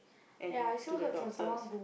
and to the doctor's